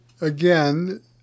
again